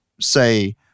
say